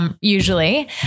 usually